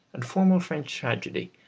and formal french tragedy,